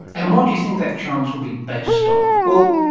and what do you think that chance will be based on? well,